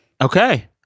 okay